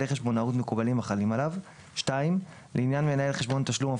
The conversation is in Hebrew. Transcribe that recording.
חשבונאות מקובלים החלים עליו; לעניין מנהל חשבון תשלום למשלם